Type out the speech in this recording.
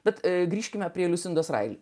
bet grįžkime prie liusindos raili